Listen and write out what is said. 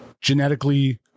genetically